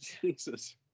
Jesus